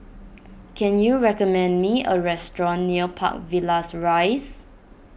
can you recommend me a restaurant near Park Villas Rise